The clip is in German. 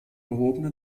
gehobene